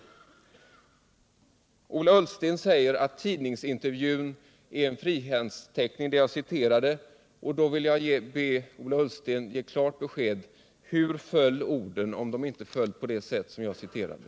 Ola Ullsten säger att det jag citerade av en tidningsintervju är en frihandsteckning. Då vill jag be Ola Ullsten ge klart besked: Hur föll orden om de inte föll på det sätt som jag citerade?